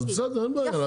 אז בסדר אין בעיה.